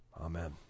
Amen